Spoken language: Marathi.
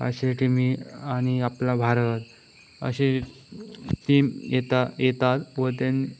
आणि आपला भारत असे टीम येता येतात व त्यांनी